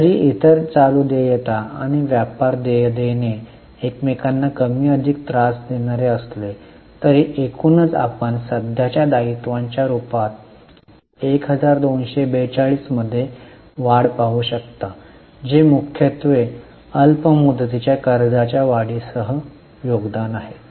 जरी इतर चालू देयता आणि व्यापार देय देणे एकमेकांना कमी अधिक त्रास देणारे असले तरी एकूणच आपण सध्याच्या दायित्वाच्या रूपात 1242 मध्ये वाढ पाहू शकता जे मुख्यत्वे अल्प मुदतीच्या कर्जाच्या वाढीसह योगदान आहे